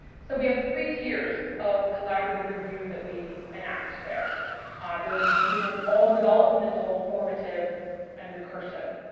so we have three tiers of collaborative review that we enact there ah there which are all developmental formative and recursive.